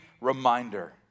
reminder